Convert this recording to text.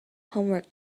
homework